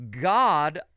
God